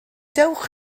dewch